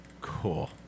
Cool